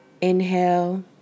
inhale